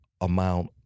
amount